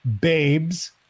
babes